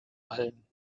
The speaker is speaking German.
allen